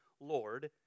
Lord